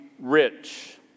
rich